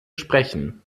sprechen